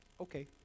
Okay